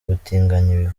bivuye